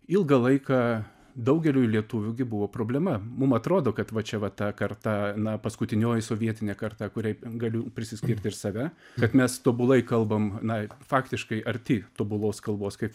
ilgą laiką daugeliui lietuvių gi buvo problema mum atrodo kad va čia va ta karta na paskutinioji sovietinė karta kuriai galiu priskirt ir save kad mes tobulai kalbam na faktiškai arti tobulos kalbos kaip